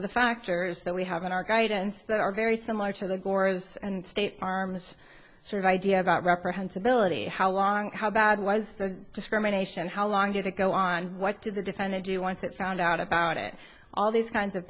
of the factors that we have in our guidance that are very similar to the gores and state farm's sort of idea about reprimands ability how long how bad was the discrimination how long did it go on what did the defendant do once it found out about it all these kinds of